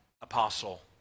apostle